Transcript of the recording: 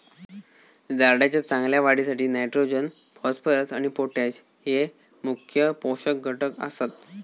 झाडाच्या चांगल्या वाढीसाठी नायट्रोजन, फॉस्फरस आणि पोटॅश हये मुख्य पोषक घटक आसत